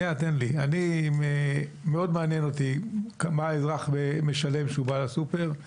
מאוד מעניין אותי כמה האזרח משלם כשהוא בא לסופר,